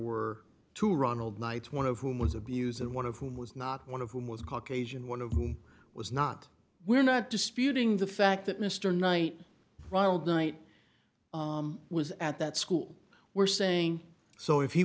were two ronald knights one of whom was abuse and one of whom was not one of whom was caucasian one of whom was not we're not disputing the fact that mr knight ronald knight was at that school were saying so if he